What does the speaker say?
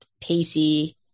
pacey